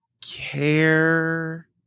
care